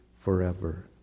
forever